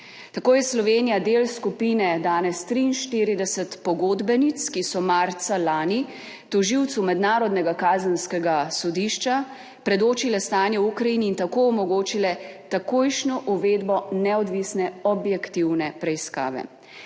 Tako je Slovenija del skupine danes 43 pogodbenic, ki so marca lani tožilcu Mednarodnega kazenskega sodišča predočile stanje v Ukrajini in tako omogočile takojšnjo uvedbo neodvisne objektivne preiskave.